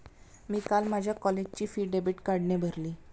मी काल माझ्या कॉलेजची फी डेबिट कार्डने भरली